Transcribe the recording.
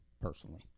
personally